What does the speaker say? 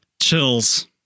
Chills